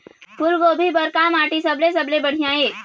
फूलगोभी बर का माटी सबले सबले बढ़िया ये?